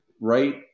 right